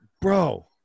bro